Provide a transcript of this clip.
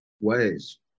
ways